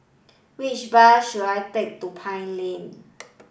which bus should I take to Pine Lane